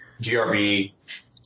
GRB